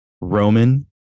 Roman